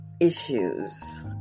issues